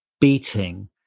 beating